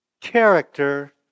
character